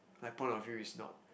like point of view is not